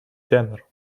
тенор